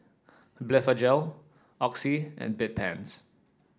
Blephagel Oxy and Bedpans